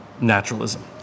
naturalism